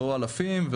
לא אלפים.